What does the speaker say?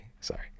sorry